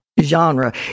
genre